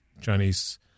Chinese